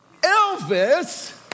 Elvis